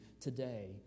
today